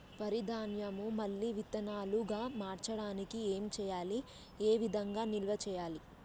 వరి ధాన్యము మళ్ళీ విత్తనాలు గా మార్చడానికి ఏం చేయాలి ఏ విధంగా నిల్వ చేయాలి?